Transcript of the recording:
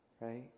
right